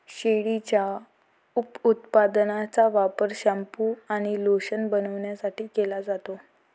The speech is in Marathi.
शेळीच्या उपउत्पादनांचा वापर शॅम्पू आणि लोशन बनवण्यासाठी केला जातो